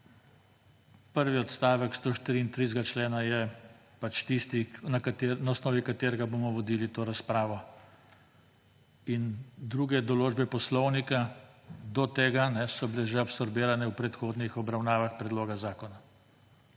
Prvi odstavek 134. člena je pač tisti, na osnovi katerega bomo vodili to razpravo. In druge določbe poslovnika do tega so bile že absorbirane v predhodnih obravnavah predloga zakona.